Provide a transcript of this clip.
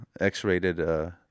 X-rated